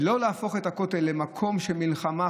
ולא להפוך את הכותל למקום של מלחמה,